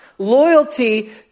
loyalty